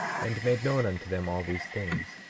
and made known unto them all these things.